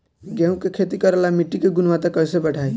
गेहूं के खेती करेला मिट्टी के गुणवत्ता कैसे बढ़ाई?